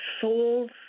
souls